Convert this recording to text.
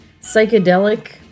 psychedelic